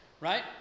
Right